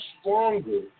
stronger